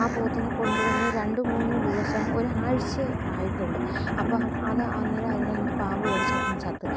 ആ പോത്തിനെ കൊണ്ട് വന്ന് രണ്ട് മൂന്ന് ദിവസം ഒരാഴ്ച്ചയേ ആയിട്ടുള്ളൂ അപ്പം അത് അന്നേരം അതിനെ എന്തോ പാമ്പ് കടിച്ച് അത് അങ്ങ് ചത്ത്